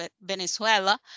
Venezuela